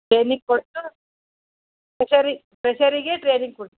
training ಕೊಟ್ಟು ಫ್ರೆಶರಿ ಫ್ರೆಶರಿಗೆ ಟ್ರೈನಿಂಗ್ ಕೊಡು